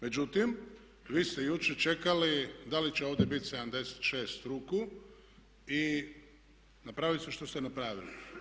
Međutim, vi ste jučer čekali da li će ovdje biti 76 ruku i napravili ste što ste napravili.